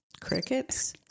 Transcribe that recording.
Crickets